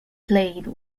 played